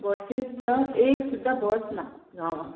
बसी सुद्दां एक सुद्दां बस ना गांवांत